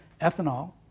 ethanol